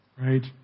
Right